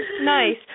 nice